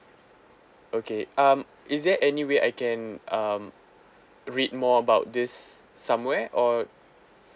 okay um is there any way I can um read more about this somewhere or